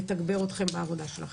ולתגבר אתכם בעבודתכם.